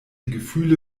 gefühle